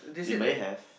they may have